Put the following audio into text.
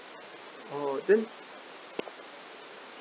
orh then